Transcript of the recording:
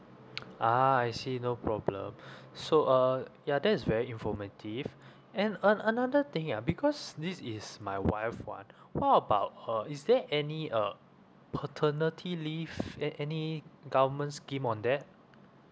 ah I see no problem so uh ya that is very informative and an~ another thing ya because this is my wife what what about her is there any uh paternity leave a~ any government scheme on that